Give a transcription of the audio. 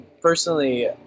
Personally